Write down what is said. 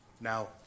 Now